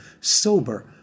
sober